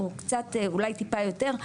או קצת אולי טיפה יותר,